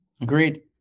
Agreed